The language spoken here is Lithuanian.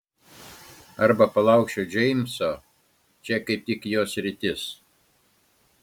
arba palaukčiau džeimso čia kaip tik jo sritis